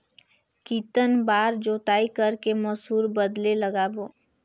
कितन बार जोताई कर के मसूर बदले लगाबो?